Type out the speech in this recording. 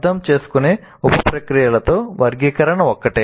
అర్థం చేసుకునే ఉప ప్రక్రియలలో వర్గీకరణ ఒకటి